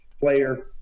player